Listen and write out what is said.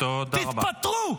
תתפטרו,